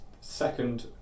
second